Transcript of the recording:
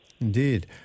indeed